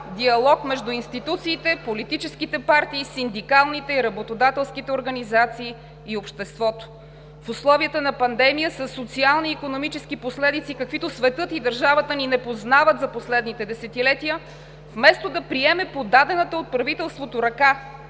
диалог между институциите – политическите партии, синдикалните, работодателските организации и обществото. В условията на пандемия със социални и икономически последици, каквито светът и държавата ни не познават за последните десетилетия, вместо да приеме подадената от правителството ръка